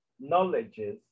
knowledges